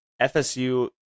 FSU